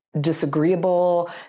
disagreeable